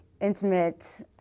intimate